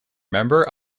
member